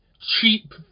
cheap